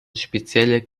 spezielle